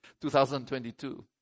2022